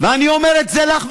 ואני אומר את זה לך,